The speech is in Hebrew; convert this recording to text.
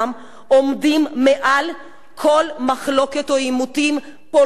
עומדים מעל כל מחלוקת או עימותים פוליטיים,